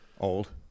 old